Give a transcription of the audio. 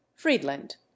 Friedland